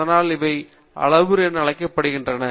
அதனால்தான் இவை அளவுருக்கள் என அழைக்கப்படுகின்றன